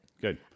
Good